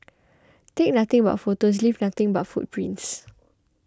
take nothing but photos leave nothing but footprints